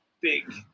big